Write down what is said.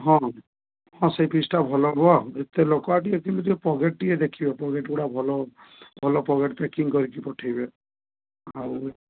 ହଁ ହଁ ହଁ ସେଇ ପିସ୍ଟା ଭଲ ହେବ ଏତେ ଲୋକ ଆଉ ଟିକେ କିନ୍ତୁ ଟିକେ ପକେଟ ଟିକେ ଦେଖିବେ ପକେଟ ଗୁଡ଼ା ଭଲ ଭଲ ପକେଟ ପ୍ୟାକିଂ କରିକି ପଠାଇବେ ଆଉ